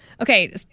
Okay